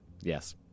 Yes